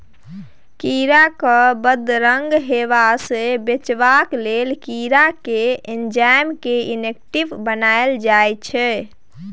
कीरा केँ बदरंग हेबा सँ बचेबाक लेल कीरा केर एंजाइम केँ इनेक्टिब बनाएल जाइ छै